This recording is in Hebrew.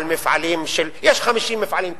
יש 50 מפעלים כאלה,